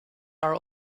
are